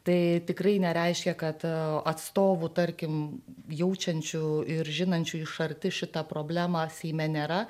tai tikrai nereiškia kad atstovų tarkim jaučiančių ir žinančių iš arti šitą problemą seime nėra